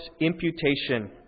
imputation